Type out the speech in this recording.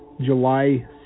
July